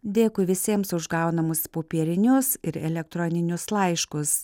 dėkui visiems už gaunamus popierinius ir elektroninius laiškus